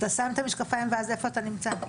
אתה שם את המשקפיים ואז איפה זה נמצא?